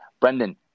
Brendan